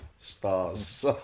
stars